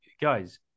guys